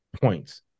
points